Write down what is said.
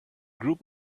group